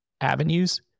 avenues